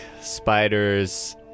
spiders